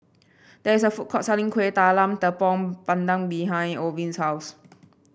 there is a food court selling Kueh Talam Tepong Pandan behind Orvin's house